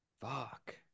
Fuck